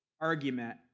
argument